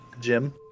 Jim